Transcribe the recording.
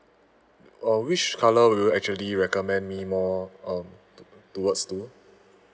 uh which colour will you actually recommend me more um towards to